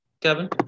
Kevin